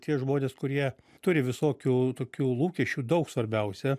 tie žmonės kurie turi visokių tokių lūkesčių daug svarbiausia